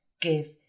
give